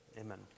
Amen